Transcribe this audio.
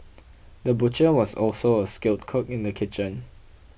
the butcher was also a skilled cook in the kitchen